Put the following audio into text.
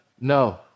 No